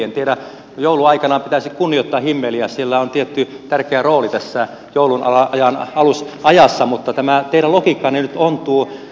en tiedä jouluaikana pitäisi kunnioittaa himmeliä sillä on tietty tärkeä rooli tässä joulun ajassa mutta tämä teidän logiikkanne nyt ontuu